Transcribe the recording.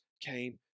came